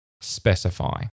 specify